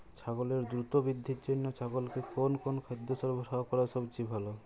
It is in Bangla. ছাগলের দ্রুত বৃদ্ধির জন্য ছাগলকে কোন কোন খাদ্য সরবরাহ করা সবচেয়ে ভালো?